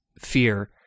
fear